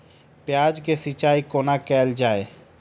प्याज केँ सिचाई कोना कैल जाए?